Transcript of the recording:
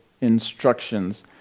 instructions